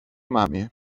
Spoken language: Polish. mamie